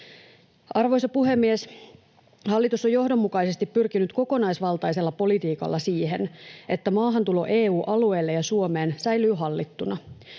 Arvoisa puhemies! Hallitus on johdonmukaisesti pyrkinyt kokonaisvaltaisella politiikalla siihen, että maahantulo EU-alueelle ja Suomeen säilyy hallittuna.